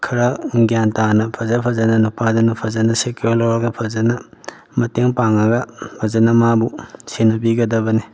ꯈꯔ ꯒ꯭ꯌꯥꯟ ꯇꯥꯅ ꯐꯖ ꯐꯖꯅ ꯅꯨꯄꯥꯗꯨꯅ ꯐꯖꯅ ꯁꯦꯀꯤꯌꯣꯔ ꯂꯧꯔꯒ ꯐꯖꯅ ꯃꯇꯦꯡ ꯄꯥꯡꯉꯒ ꯐꯖꯅ ꯃꯥꯕꯨ ꯁꯦꯟꯅꯕꯤꯒꯗꯕꯅꯤ